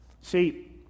see